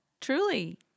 Truly